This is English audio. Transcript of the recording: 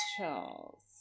Charles